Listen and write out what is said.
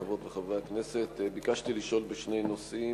חברות וחברי הכנסת, ביקשתי לשאול בשני נושאים.